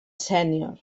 sènior